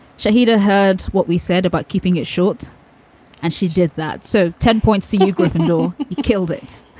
shahida. heard what we said about keeping it short and she did that. so ten points to you, gryffindor, you killed it.